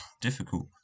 Difficult